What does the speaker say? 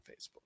facebook